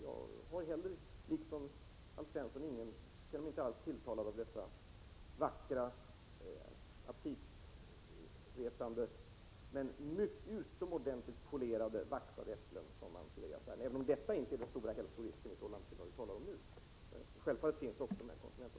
Jag känner mig lika litet som Alf Svensson tilltalad av dessa vackra och aptitretande men utomordentligt polerade och vaxade äpplen som finns i affärerna — även om detta inte innebär stora hälsorisker.